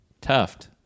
Tuft